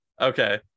okay